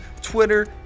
Twitter